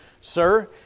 Sir